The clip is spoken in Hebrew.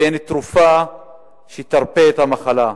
ואין תרופה שתרפא את המחלה.